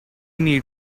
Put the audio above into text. need